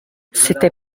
c’était